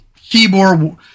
keyboard